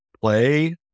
play